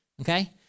okay